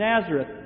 Nazareth